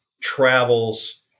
travels